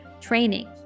Training